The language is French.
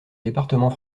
département